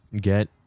get